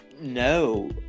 No